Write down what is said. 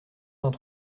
vingt